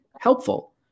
helpful